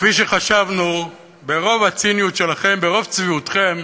כפי שחשבנו, ברוב הציניות שלכם, ברוב צביעותכם,